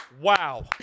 wow